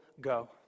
go